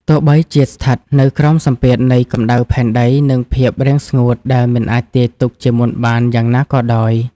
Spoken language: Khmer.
ទោះបីជាស្ថិតនៅក្រោមសម្ពាធនៃកម្ដៅផែនដី និងភាពរាំងស្ងួតដែលមិនអាចទាយទុកជាមុនបានយ៉ាងណាក៏ដោយ។